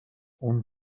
اون